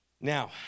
Now